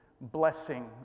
blessing